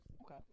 Okay